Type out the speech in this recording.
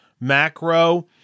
macro